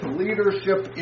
leadership